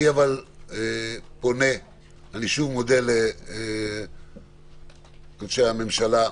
אני שוב מודה לאנשי הממשלה,